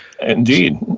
Indeed